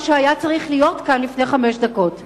מה שהיה צריך להיות כאן לפני חמש דקות.